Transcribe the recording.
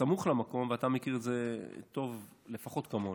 בסמוך למקום, ואתה מכיר את זה טוב לפחות כמוני,